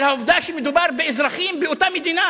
על העובדה שמדובר באזרחים באותה מדינה,